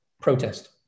protest